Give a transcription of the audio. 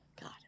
God